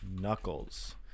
knuckles